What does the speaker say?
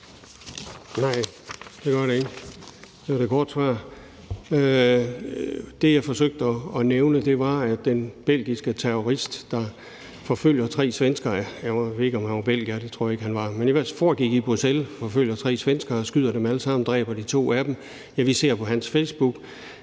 det gør det ikke. Det er det korte svar. Det, jeg forsøgte at nævne, var forbindelsen mellem koranafbrændingerne og den belgiske terrorist, der forfølger tre svenskere – jeg ved ikke, om han var belgier; det tror jeg ikke han var, men det foregik i hvert fald i Bruxelles, og han forfølger tre svenskere, skyder dem alle sammen, dræber de to af dem, og vi ser på hans facebookprofil,